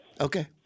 Okay